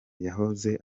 yahoze